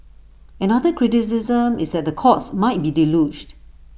another criticism is that the courts might be deluged